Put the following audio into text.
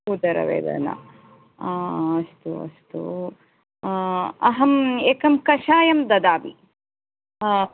उदरवेदना अस्तु अस्तु अहं एकं कषायं ददामि